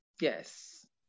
yes